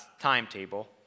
timetable